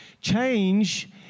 Change